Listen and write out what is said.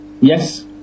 yes